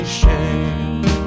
shame